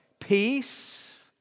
peace